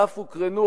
ואף הוקרנו,